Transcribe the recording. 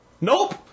nope